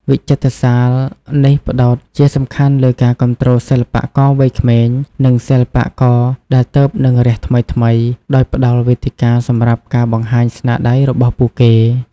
វិចិត្រសាលនេះផ្តោតជាសំខាន់លើការគាំទ្រសិល្បករវ័យក្មេង និងសិល្បករដែលទើបនឹងរះថ្មីៗ ដោយផ្តល់វេទិកាសម្រាប់ការបង្ហាញស្នាដៃរបស់ពួកគេ។